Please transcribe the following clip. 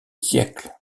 siècles